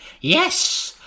yes